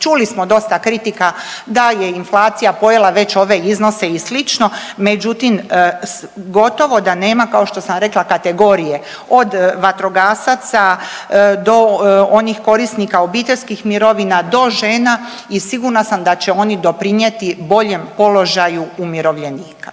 Čuli smo dosta kritika da je inflacija pojela već ove iznose i slično, međutim gotovo da nema kao što sam rekla kategorije od vatrogasaca do onih korisnika obiteljskih mirovina, do žena i sigurna sam da će oni doprinijeti boljem položaju umirovljenika.